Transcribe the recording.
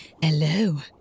hello